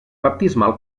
baptismal